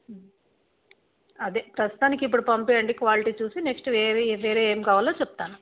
అదే ప్రస్తుతానికి ఇప్పుడు పంపివ్వండి క్వాలిటీ చూసి నెక్స్ట్ ఏవి వేరేవి ఏం కావాలో చెప్తాను